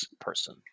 person